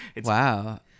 Wow